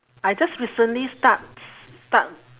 I just recently start start